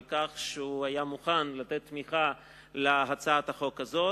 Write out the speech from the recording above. על כך שהיה מוכן לתמוך בהצעת החוק הזאת.